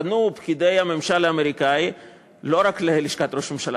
פנו פקידי הממשל האמריקני לא רק ללשכת ראש הממשלה,